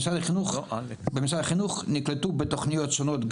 במשרד החינוך נקלטו בתוכניות שונות,